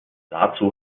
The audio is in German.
dazu